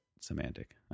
semantic